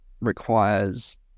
requires